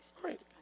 great